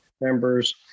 members